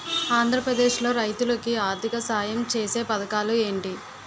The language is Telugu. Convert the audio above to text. ఆంధ్రప్రదేశ్ లో రైతులు కి ఆర్థిక సాయం ఛేసే పథకాలు ఏంటి?